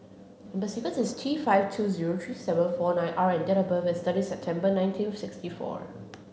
number sequence is T five two zero three seven four nine R and date of birth is thirteen September nineteen sixty four